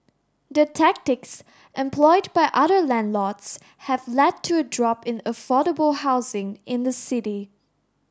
the tactics employed by other landlords have led to a drop in affordable housing in the city